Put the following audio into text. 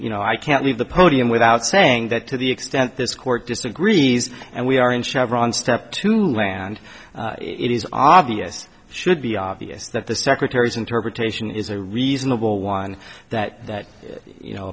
you know i can't leave the podium without saying that to the extent this court disagrees and we are in chevron step to land it is obvious should be obvious that the secretary's interpretation is a reasonable one that you know